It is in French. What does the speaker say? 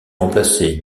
remplacé